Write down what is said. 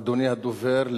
אדוני הדובר,